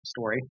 story